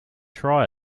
try